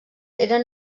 eren